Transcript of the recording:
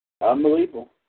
Unbelievable